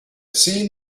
seen